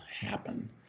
happen